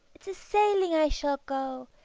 it's a-sailing i shall go,